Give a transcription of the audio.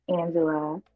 Angela